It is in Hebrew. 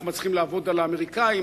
אנחנו מצליחים לעבוד על האמריקנים,